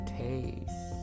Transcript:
taste